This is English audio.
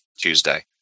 Tuesday